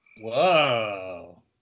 Whoa